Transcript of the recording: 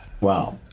Wow